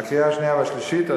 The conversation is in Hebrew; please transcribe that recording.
בקריאה שנייה ושלישית.